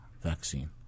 vaccine